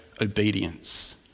obedience